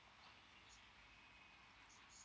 mm